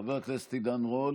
חבר הכנסת עידן רול,